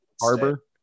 Harbor